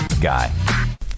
guy